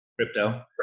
crypto